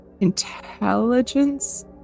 intelligence